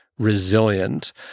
resilient